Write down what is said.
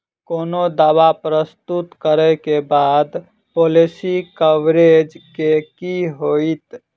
कोनो दावा प्रस्तुत करै केँ बाद पॉलिसी कवरेज केँ की होइत?